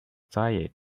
tired